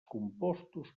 compostos